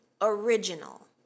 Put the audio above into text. original